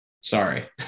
sorry